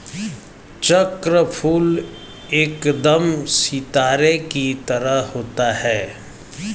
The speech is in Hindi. चक्रफूल एकदम सितारे की तरह होता है